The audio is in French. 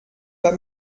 pas